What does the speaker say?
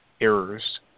errors